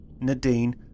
Nadine